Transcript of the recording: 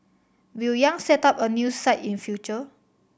Will Yang set up a new site in future